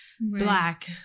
black